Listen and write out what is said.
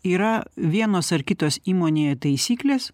yra vienos ar kitos įmonėje taisyklės